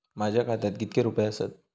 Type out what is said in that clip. माझ्या खात्यात कितके रुपये आसत?